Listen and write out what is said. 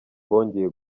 bongeye